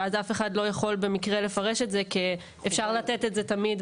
ואז אף אחד לא יכול לפרש את זה ככך שאפשר לתת את זה תמיד,